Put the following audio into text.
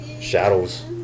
shadows